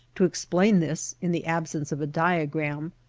to explain this, in the absence of a diagram,